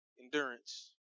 Endurance